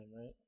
right